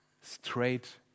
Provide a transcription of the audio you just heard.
straight